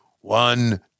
One